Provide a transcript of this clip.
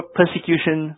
persecution